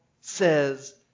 says